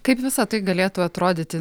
kaip visa tai galėtų atrodyti